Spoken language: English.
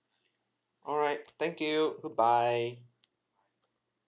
alright thank you goodbye